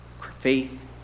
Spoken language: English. faith